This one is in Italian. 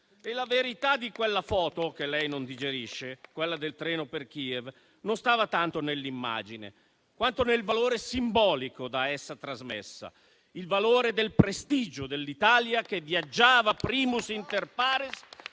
E la verità di quella foto che lei non digerisce, quella del treno per Kiev, non stava tanto nell'immagine, quanto nel valore simbolico da essa trasmessa: il valore del prestigio dell'Italia che viaggiava, *primus inter pares*,